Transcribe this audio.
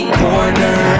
corner